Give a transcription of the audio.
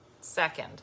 second